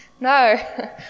No